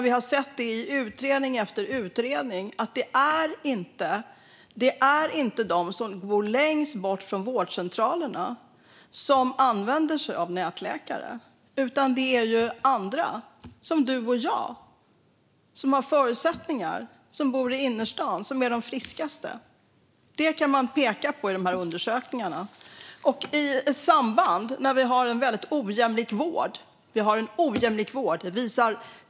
Vi har sett i utredning efter utredning att det inte är de som bor längst bort från vårdcentralerna som använder sig av nätläkare. Det är andra, som du och jag. Det är de som har förutsättningar, de som bor i innerstan. Det är de friskaste. Det kan man peka på i de här undersökningarna. Detta i samband med att vi har en väldigt ojämlik vård. Vi har en ojämlik vård.